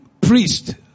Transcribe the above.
priest